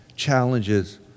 challenges